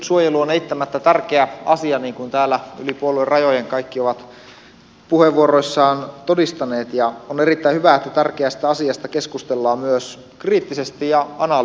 vesiensuojelu on eittämättä tärkeä asia niin kuin täällä yli puoluerajojen kaikki ovat puheenvuoroissaan todistaneet ja on erittäin hyvä että tärkeästä asiasta keskustellaan myös kriittisesti ja analyyttisesti